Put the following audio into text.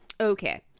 Okay